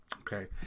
okay